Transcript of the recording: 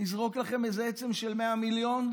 נזרוק לכם איזו עצם של 100 מיליון.